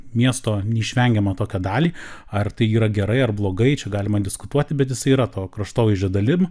miesto neišvengiamą tokią dalį ar tai yra gerai ar blogai čia galima diskutuoti bet jisai yra to kraštovaizdžio dalim